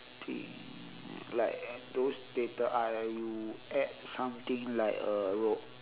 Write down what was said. think like those theatre arts like you add something like a ro~